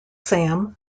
sam